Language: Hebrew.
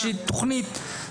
תקצוב כפרי הנוער.